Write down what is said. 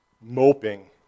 moping